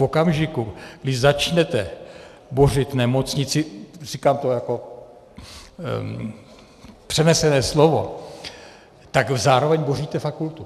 V okamžiku, kdy začnete bořit nemocnici, říkám to jako přenesené slovo, tak zároveň boříte fakultu.